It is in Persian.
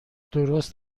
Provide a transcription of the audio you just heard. درست